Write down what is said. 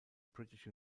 british